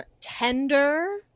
Tender